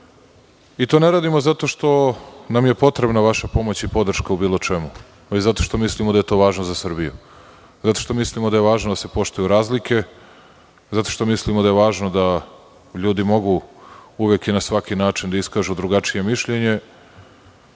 to ne radimo zato što nam je potrebna vaša pomoć i podrška u bilo čemu, već zato što mislimo da je to važno za Srbiju. Zato što mislimo da je važno da se poštuju razlike, zato što mislimo da je važno da ljudi mogu uvek i na svaki način da iskažu drugačije mišljenje,